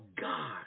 God